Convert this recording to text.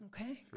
Okay